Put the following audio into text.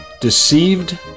Deceived